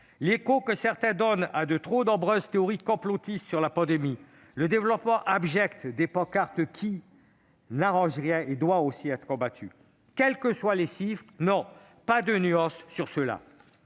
L'écho que certains donnent à de trop nombreuses théories complotistes sur la pandémie et le développement abject des pancartes « Qui ?» n'arrangent rien. Tout cela doit être combattu. Quels que soient les chiffres, nous devons lutter